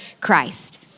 Christ